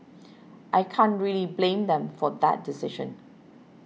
I can't really blame them for that decision